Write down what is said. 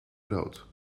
brood